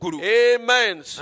Amen